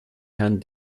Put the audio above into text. herrn